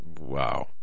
wow